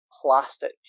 Plastic